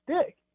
stick